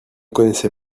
connaissez